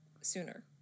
sooner